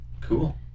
Cool